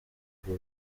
ubwo